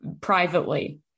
privately